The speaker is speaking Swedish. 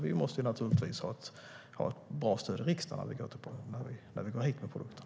Vi måste naturligtvis ha ett bra stöd i riksdagen när vi kommer hit med produkten.